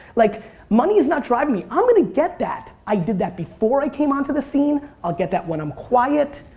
like money is not driving me. i'm going to get that. i did that before i came onto the scene, i'll get that when i um quiet.